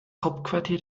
hauptquartier